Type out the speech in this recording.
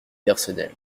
personnels